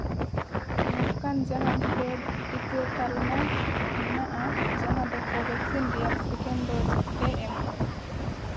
ᱱᱚᱝᱠᱟᱱ ᱡᱟᱦᱟᱱ ᱯᱮᱹᱰ ᱴᱤᱠᱟᱹ ᱛᱟᱞᱢᱟ ᱢᱮᱱᱟᱜᱼᱟ ᱡᱟᱦᱟᱸ ᱫᱚ ᱠᱳᱵᱷᱮᱠᱥᱤᱱ ᱨᱮᱭᱟᱜ ᱥᱮᱠᱮᱱᱰ ᱰᱳᱡᱮ ᱮᱢᱚᱜᱼᱟ